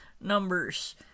numbers